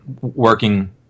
working